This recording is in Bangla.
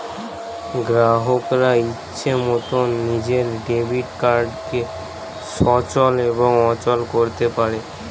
গ্রাহকরা ইচ্ছে মতন নিজের ডেবিট কার্ডকে সচল এবং অচল করতে পারে